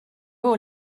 all